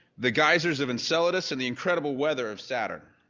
the geysers of enceladus and the incredible weather of saturn.